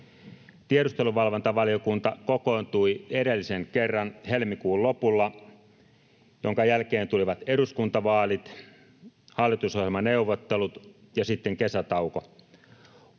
Tiedusteluvalvontavaliokunta kokoontui edellisen kerran helmikuun lopulla, jonka jälkeen tulivat eduskuntavaalit, hallitusohjelmaneuvottelut ja sitten kesätauko.